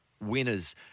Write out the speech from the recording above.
winners